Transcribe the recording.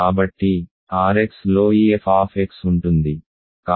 కాబట్టి R x లో ఈ f ఉంటుంది